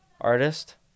artist